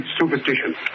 superstition